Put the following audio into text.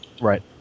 Right